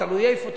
תלוי איפה,